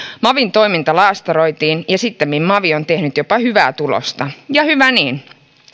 mavin toiminta laastaroitiin ja sittemmin mavi on tehnyt jopa hyvää tulosta ja hyvä niin